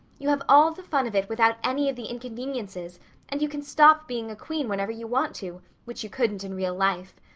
you have all the fun of it without any of the inconveniences and you can stop being a queen whenever you want to, which you couldn't in real life.